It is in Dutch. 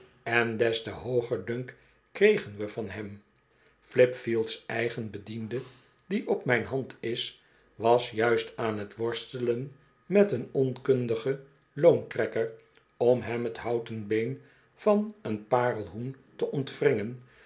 en des te hooger dunk kregen we van hem flipfield's eigen bediende die op mijn hand is was juist aan t worstelen met een onkundigen loontrekker om hem t houten been van een parelhoen te ontwringen